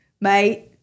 mate